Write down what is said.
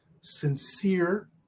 sincere